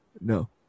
no